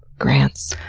grants.